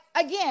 again